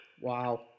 Wow